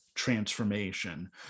Transformation